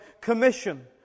Commission